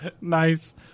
Nice